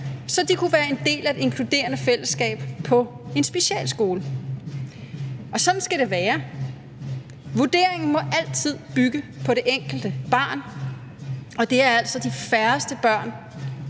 så de kunne være en del af et inkluderende fællesskab på en specialskole. Og sådan skal det være. Vurderingen må altid bygge på det enkelte barn, og det er altså de færreste børn